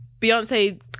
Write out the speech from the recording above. Beyonce